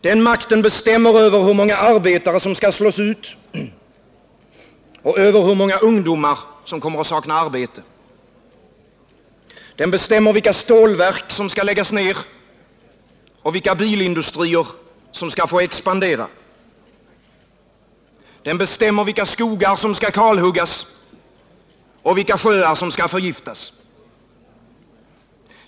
Den makten bestämmer över hur många arbetare som skall slås ut och över hur många ungdomar som kommer att sakna arbete. Den bestämmer vilka stålverk som skall läggas ned och vilka bilindustrier som skall få expandera. Den bestämmer vilka skogar som skall kalhuggas och vilka sjöar som skall förgiftas.